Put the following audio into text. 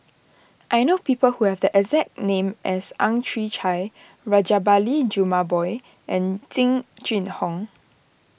I know people who have the exact name as Ang Chwee Chai Rajabali Jumabhoy and Jing Jun Hong